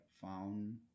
found